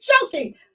joking